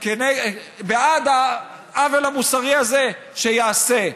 בעד העוול המוסרי הזה, שיעשה.